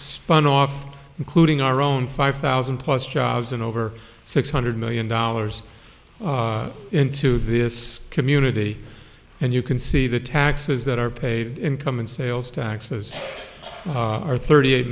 spun off including our own five thousand plus jobs and over six hundred million dollars into this community and you can see the taxes that are paid income in sales taxes are thirty eight